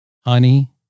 Honey